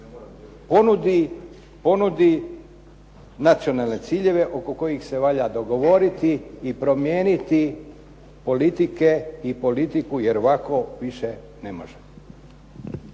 ponudi nacionalne ciljeve oko kojih se valja dogovoriti i promijeniti politike i politiku jer ovako više ne može.